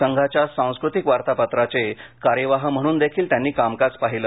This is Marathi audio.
संघाच्या सांस्कृतिक वार्तापत्रा चे कार्यवाह म्हणूनदेखील त्यांनी कामकाज पाहिले